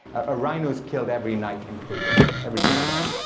a rhino's killed every night in kruger, every single day,